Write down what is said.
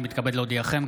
אני מתכבד להודיעכם,